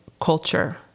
culture